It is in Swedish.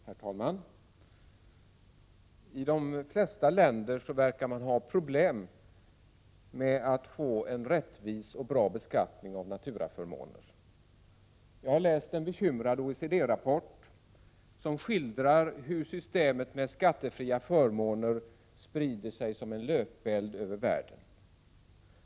Herr talman! I de flesta länder verkar man ha problem med att få en rättvis och bra beskattning av naturaförmåner. Jag har läst en bekymrad OECD rapport som skildrar hur systemet med skattefria förmåner sprider sig som en löpeld över världen.